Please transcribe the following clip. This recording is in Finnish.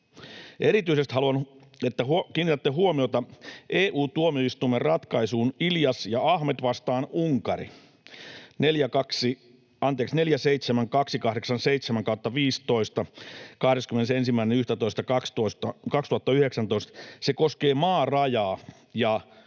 Erityisesti haluan, että kiinnitätte huomiota EU-tuomioistuimen ratkaisuun Ilias ja Ahmed vastaan Unkari, 47287/15, 21.11.2019. Se koskee maarajaa ja